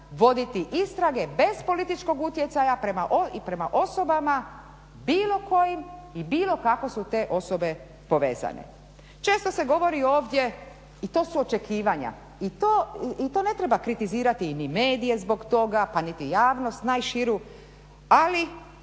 voditi istrage bez političkog utjecaja i prema osobama bilo kojim i bilo kako su te osobe povezane. Često se govori ovdje i to su očekivanja i to ne treba kritizirati ni medije zbog toga pa niti javnost najširu, ali